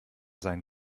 sein